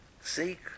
seek